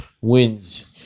wins